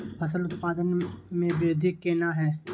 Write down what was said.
फसल उत्पादन में वृद्धि केना हैं?